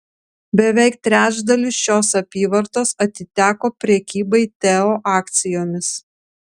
beveik trečdalis šios apyvartos atiteko prekybai teo akcijomis